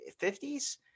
50s